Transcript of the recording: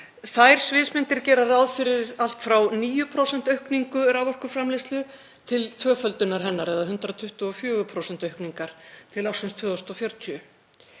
Þær sviðsmyndir gera ráð fyrir allt frá 9% aukningu raforkuframleiðslu til tvöföldunar hennar, eða 124% aukningar, til ársins 2040.